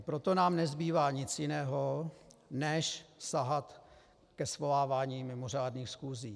Proto nám nezbývá nic jiného než sahat ke svolávání mimořádných schůzí.